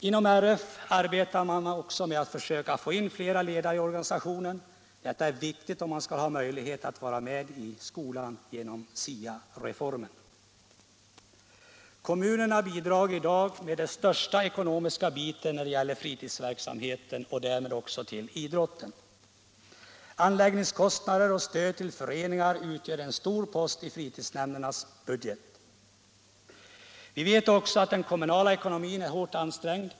Inom Riksidrottsförbundet arbetar man också med att försöka få in mera ledare i organisationen. Detta är viktigt för att man skall ha möjligheter att vara med i skolan genom SIA-reformen. Kommunerna bidrar i dag med den största ekonomiska biten när det gäller fritidsverksamheten och därmed också till idrotten. Anläggningskostnader och stöd till föreningar utgör en stor post i fritidsnämndernas budget. Vi vet också att den kommunala ekonomin är hårt ansträngd.